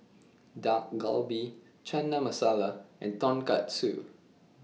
Dak Galbi Chana Masala and Tonkatsu